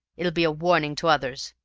it'll be a warning to others.